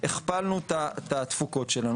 הכפלנו את התפוקות שלנו.